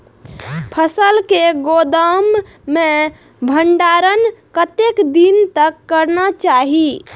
फसल के गोदाम में भंडारण कतेक दिन तक करना चाही?